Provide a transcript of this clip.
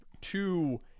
two